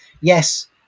yes